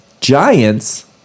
Giants